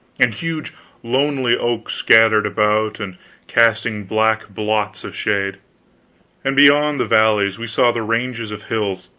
and huge lonely oaks scattered about and casting black blots of shade and beyond the valleys we saw the ranges of hills,